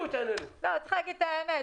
צריך להגיד את האמת,